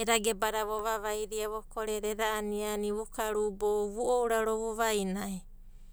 Eda gebada vovavai vokoreda eda aniani, vu karubou, vo ouraro, vo vainai.